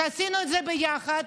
עשינו את זה ביחד,